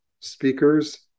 speakers